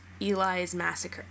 elismassacre